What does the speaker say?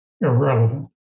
irrelevant